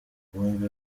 bombi